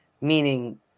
meaning